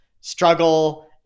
struggle